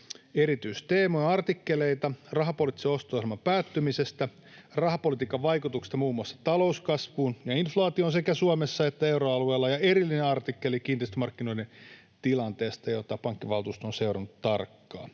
erityisteema-artikkeleita rahapoliittisen osto-ohjelman päättymisestä, rahapolitiikan vaikutuksesta muun muassa talouskasvuun ja inflaatioon sekä Suomessa että euroalueella sekä erillinen artikkeli kiinteistömarkkinoiden tilanteesta, jota pankkivaltuusto on seurannut tarkkaan.